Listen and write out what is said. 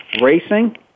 racing